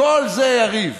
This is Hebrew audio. כל זה, יריב,